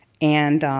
and